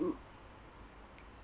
mm